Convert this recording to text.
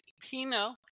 Pino